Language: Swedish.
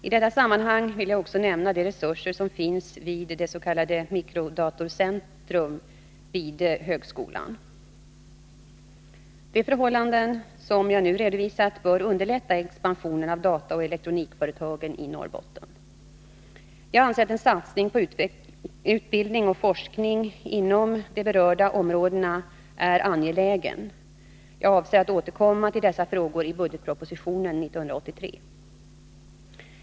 I detta sammanhang vill jag också nämna de resurser som finns vid det s.k. mikrodatorcentrum vid högskolan, De förhållanden som jag nu har redovisat bör underlätta expansionen av dataoch elektronikföretagen i Norrbotten. Jag anser att en satsning på utbildning och forskning inom de berörda områdena är angelägen. Jag avser att återkomma till dessa frågor i budgetpropositionen 1983.